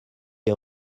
est